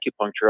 acupuncture